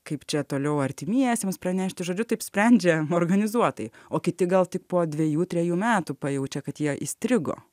kaip čia toliau artimiesiems pranešti žodžiu taip sprendžia organizuotai o kiti gal tik po dvejų trejų metų pajaučia kad jie įstrigo